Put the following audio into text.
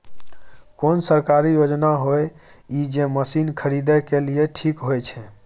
कोन सरकारी योजना होय इ जे मसीन खरीदे के लिए ठीक होय छै?